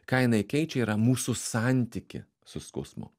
ką jinai keičia yra mūsų santykį su skausmu